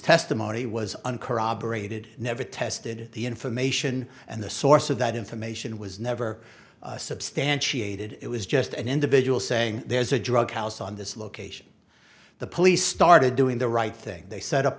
testimony was uncorroborated never tested the information and the source of that information was never substantiated it was just an individual saying there's a drug house on this location the police started doing the right thing they set up